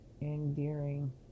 endearing